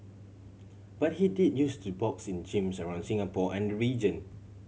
but he did use to box in gyms around Singapore and the region